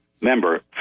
member